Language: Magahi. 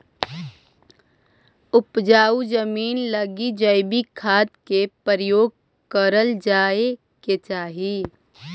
उपजाऊ जमींन लगी जैविक खाद के प्रयोग करल जाए के चाही